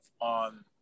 on